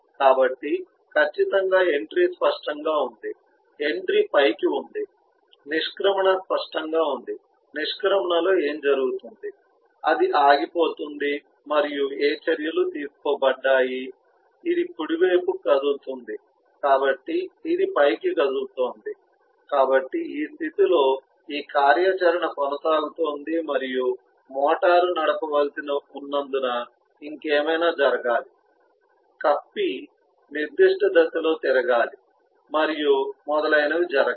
కాబట్టి ఖచ్చితంగా ఎంట్రీ స్పష్టంగా ఉంది ఎంట్రీ పైకి ఉంది నిష్క్రమణ స్పష్టంగా ఉంది నిష్క్రమణలో ఏమి జరుగుతుంది అది ఆగిపోతుంది మరియు ఏ చర్యలు తీసుకోబడ్డాయి ఇది కుడివైపుకి కదులుతోంది కాబట్టి ఇది పైకి కదులుతోంది కాబట్టి ఈ స్థితిలో ఈ కార్యాచరణ కొనసాగుతోంది మరియు మోటారు నడపవలసి ఉన్నందున ఇంకేమైనా జరగాలి కప్పి నిర్దిష్ట దిశలో తిరగాలి మరియు మొదలైనవి జరగాలి